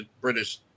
British